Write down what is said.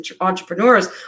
entrepreneurs